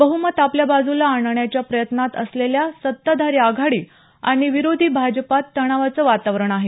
बहमत आपल्या बाजूला आणण्याच्या प्रयत्नात असलेल्या सत्ताधारी आघाडी आणि विरोधी भाजपत तणावाचं वातावरण आहे